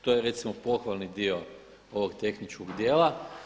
To je recimo pohvalni dio ovog tehničkog dijela.